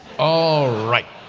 all right.